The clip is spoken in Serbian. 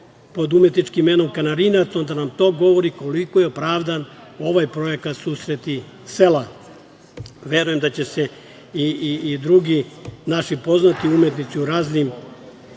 pod umetničkim imenom Kanarinac, onda nam to govori koliko je opravdan ovaj projekat „Susreti sela“. Verujem da će se i drugi naši poznati umetnici u raznim